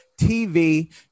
TV